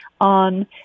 on